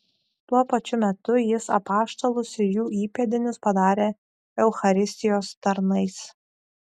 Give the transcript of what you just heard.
tuo pačiu metu jis apaštalus ir jų įpėdinius padarė eucharistijos tarnais